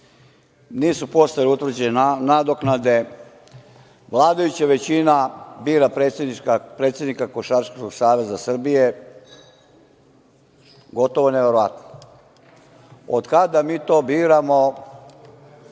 nisu postojali utvrđene nadoknade, vladajuća većina bira predsednika Košarkaškog saveza Srbije. Gotovo neverovatno. Od kada mi to biramo